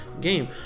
game